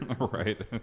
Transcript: right